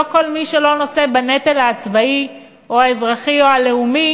לא כל מי שלא נושא בנטל הצבאי או האזרחי או הלאומי